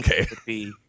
okay